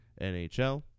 NHL